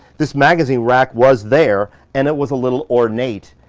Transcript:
this magazine rack was there and it was a little ornate,